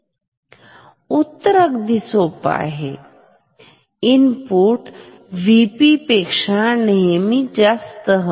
उत्तर अगदी सोपं आहे इनपुट हे VP पेक्षा नेहमी जास्त हवे